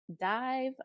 dive